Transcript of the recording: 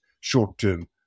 short-term